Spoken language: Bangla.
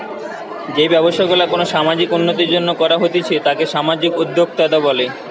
যেই ব্যবসা গুলা কোনো সামাজিক উন্নতির জন্য করা হতিছে তাকে সামাজিক উদ্যোক্তা বলে